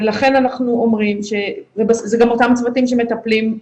זה גם אותם צוותים שמטפלים,